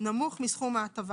נמוך מסכום ההטבה.